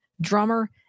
drummer